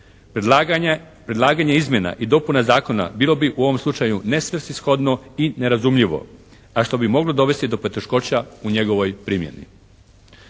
Predlaganje izmjena i dopuna zakona bilo bi u ovom slučaju nesvrsishodno i nerazumljivo, a što bi moglo dovesti do poteškoća u njegovoj primjeni.